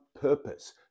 purpose